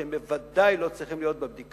שהם בוודאי לא צריכים להיות בבדיקה.